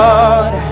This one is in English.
God